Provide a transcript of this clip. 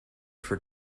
for